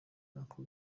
ntako